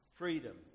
Freedom